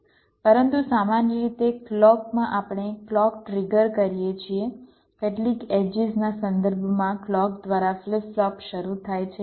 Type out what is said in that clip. પરંતુ સામાન્ય રીતે ક્લૉકમાં આપણે ક્લૉક ટ્રિગર કરીએ છીએ કેટલીક એડ્જીસ ના સંદર્ભમાં ક્લૉક દ્વારા ફ્લિપ ફ્લોપ શરૂ થાય છે